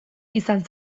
izan